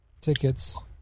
tickets